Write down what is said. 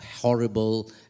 horrible